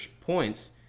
points